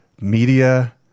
media